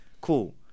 cool